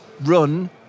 run